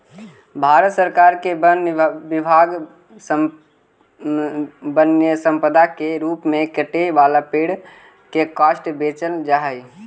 भारत सरकार के वन विभाग वन्यसम्पदा के रूप में कटे वाला पेड़ के काष्ठ बेचऽ हई